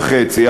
או שנתיים וחצי,